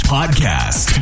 Podcast